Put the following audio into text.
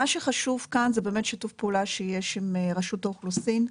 מה שחשוב כאן זה באמת שיתוף פעולה שיש עם רשות האוכלוסין.